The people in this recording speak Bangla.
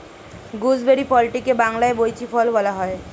গুজবেরি ফলটিকে বাংলায় বৈঁচি ফল বলা হয়